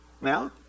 Now